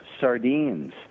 sardines